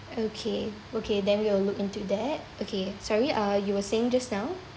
okay okay then we will look into that okay sorry uh you were saying just now